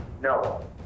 no